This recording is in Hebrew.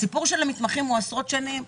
הסיפור של המתמחים הוא עשרות שנים,